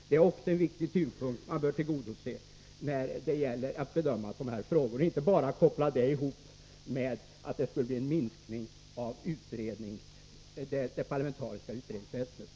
Det är också en viktig synpunkt som bör tillgodoses när det gäller att bedöma sådana här frågor — så att man inte bara gör en sammankoppling med att det skulle bli en minskning av det departementala utredningsväsendet.